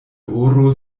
oro